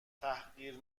تحقیر